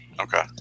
Okay